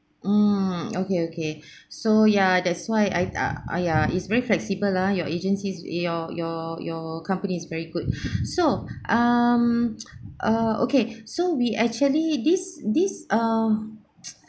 mm okay okay so ya that's why I ah !aiya! it's very flexible lah your agencies your your your company is very good so um uh okay so we actually this this uh